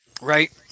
Right